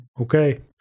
okay